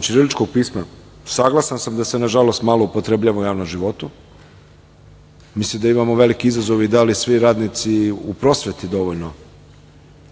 ćiriličkog pisma, saglasan sam da se, nažalost, malo upotrebljava u javnom životu. Mislim da imamo velike izazove i da li svi radnici u prosveti dovoljno